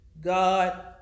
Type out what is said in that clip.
God